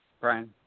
Brian